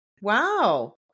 Wow